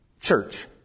church